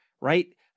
right